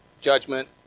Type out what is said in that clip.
judgment